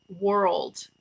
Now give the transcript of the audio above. world